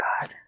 God